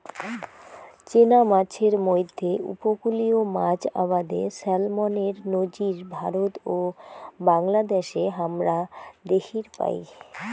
চেনা মাছের মইধ্যে উপকূলীয় মাছ আবাদে স্যালমনের নজির ভারত ও বাংলাদ্যাশে হামরা দ্যাখির পাই